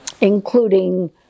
including